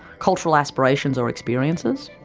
cultural aspirations or experiences?